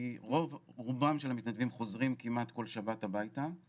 כי רוב רובם של המתנדבים חוזרים כמעט כל שבת הביתה.